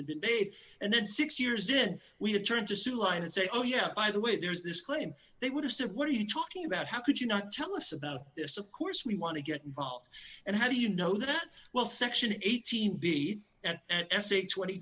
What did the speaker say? and debate and then six years did we did turn to sue line and say oh yeah by the way there's this claim they would have said what are you talking about how could you not tell us about this of course we want to get involved and how do you know that well section eighteen b s